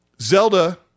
Zelda